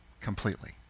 completely